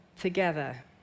together